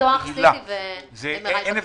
אין הבדל,